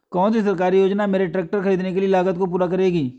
कौन सी सरकारी योजना मेरे ट्रैक्टर ख़रीदने की लागत को पूरा करेगी?